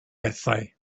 bethau